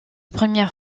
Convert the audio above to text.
première